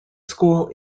school